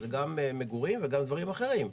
זה גם מגורים וגם דברים אחרים.